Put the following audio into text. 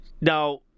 Now